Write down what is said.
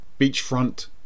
beachfront